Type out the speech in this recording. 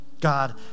God